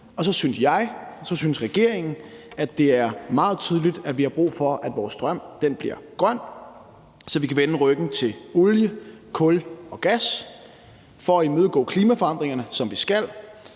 og så synes jeg og regeringen, at det er meget tydeligt, at vi har brug for, at vores strøm bliver grøn, så vi kan vende ryggen til olie, kul og gas for at imødegå klimaforandringerne, som vi skal,